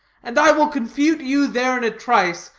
and i will confute you there in a trice.